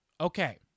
okay